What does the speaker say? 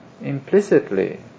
implicitly